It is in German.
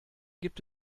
gibt